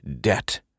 debt